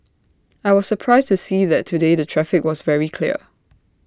I was surprised to see that today the traffic was very clear